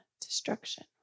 destruction